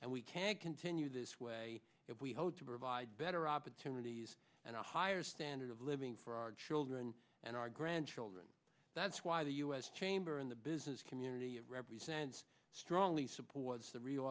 and we can't continue this way if we hope to provide better opportunities and a higher standard of living for our children and our grandchildren that's why the u s chamber and the business community it represents strongly supports the rea